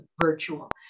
virtual